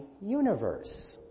universe